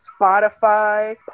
Spotify